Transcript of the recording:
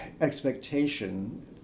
expectation